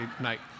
night